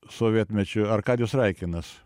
sovietmečiu arkadijus raikinas